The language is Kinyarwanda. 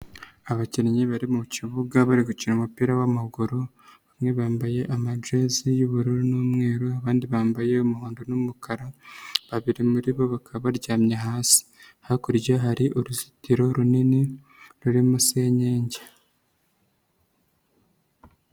Abakinnyi bari mu kibuga bari gukina umupira w'amaguru bamwe bambaye amajezi y'ubururu n'umweru abandi bambaye umuhondo n'umukara babiri muri bo bakaba baryamye hasi, hakurya hari uruzitiro runini rurimo senyengi.